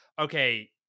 okay